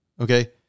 Okay